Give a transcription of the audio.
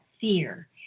fear